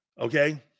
Okay